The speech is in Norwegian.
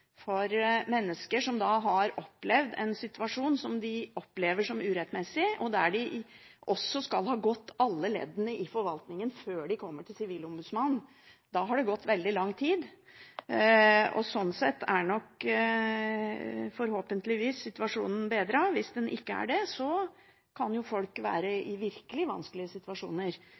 for mennesker som har opplevd en situasjon som de opplever som urettmessig, og der de også har gått alle leddene i forvaltningen før de kommer til Sivilombudsmannen. Da har det gått veldig lang tid. Sånn sett er nok forhåpentligvis situasjonen bedret. Hvis den ikke er det, kan folk være i virkelig vanskelige situasjoner